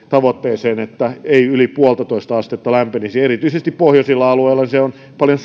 tavoitteeseen että ei yli puoltatoista astetta lämpenisi erityisesti pohjoisilla alueilla se lämpeneminen on paljon